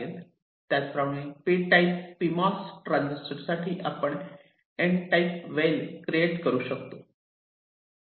त्याच प्रमाणे P type PMOS transistor साठी आपण N टाईप वेल क्रिएट करू शकतो